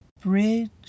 bridge